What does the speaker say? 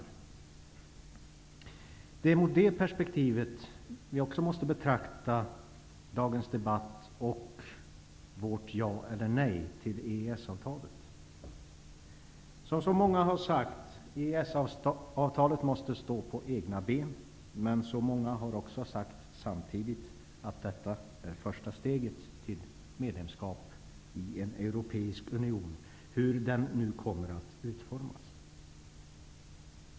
Också i det perspektivet måste vi betrakta dagens debatt och vårt ja eller nej till EES-avtalet. Som många har sagt måste EES-avtalet stå på egna ben. Men många har också samtidigt sagt att detta är första steget mot ett medlemskap i en europeisk union -- hur den nu kommer att utformas.